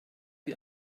wie